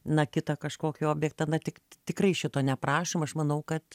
na kitą kažkokį objektą na tik tikrai šito neprašom aš manau kad